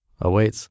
awaits